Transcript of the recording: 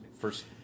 first